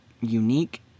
unique